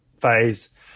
phase